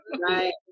right